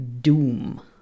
doom